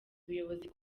ubuyobozi